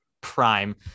prime